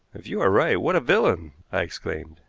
if you are right, what a villain! i exclaimed.